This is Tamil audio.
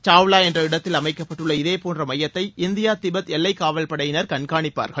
சாவ்லா என்ற இடத்தில் அமைக்கப்பட்டுள்ள இதே போன்ற மையத்தை இந்தியா திபெத் எல்லை காவல்படையினர் கண்காணிப்பார்கள்